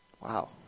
wow